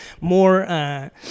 more